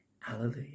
Hallelujah